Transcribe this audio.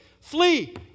Flee